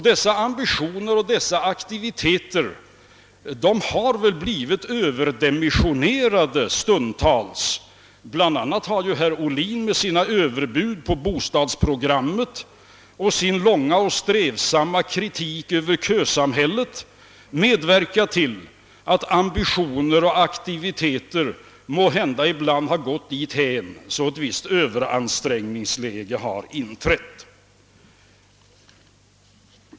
Dessa ambitioner och aktiviteter har stundtals blivit överdimensionerade; bl.a. har ju herr Ohlin: genom sina överbud när det gäller bostadsprogrammet och genom sin ihållande kritik av kösamhället medverkat till att ambitioner och aktiviteter måhända ibland åstadkommit ett visst överansträngningsläge.